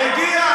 תגיד.